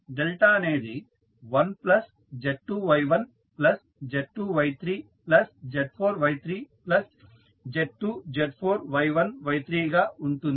delta అనేది 1 plus Z2 Y1 plus Z2 Y3 plus Z4 Y3 plus Z2 Z4 Y1 Y3 గా ఉంటుంది